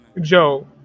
joe